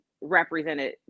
represented